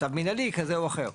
מנהלי כזה או אחר.